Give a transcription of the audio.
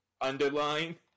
underline